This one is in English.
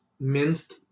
minced